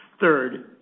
Third